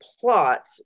plot